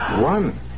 One